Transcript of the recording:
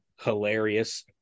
hilarious